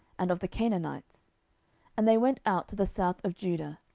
and of the canaanites and they went out to the south of judah,